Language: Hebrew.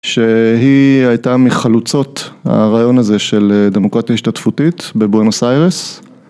שהיא הייתה מחלוצות הרעיון הזה של אה.. דמוקרטיה השתתפותית בבואנוס איירס.